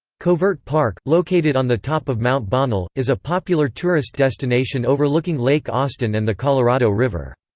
covert park, located on the top of mount bonnell, is a popular tourist destination overlooking lake austin and the colorado river.